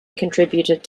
contributed